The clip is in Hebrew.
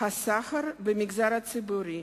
השכר במגזר הציבורי.